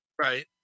Right